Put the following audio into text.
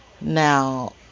now